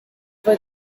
were